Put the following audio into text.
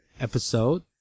episode